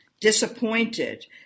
disappointed